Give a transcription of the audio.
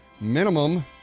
minimum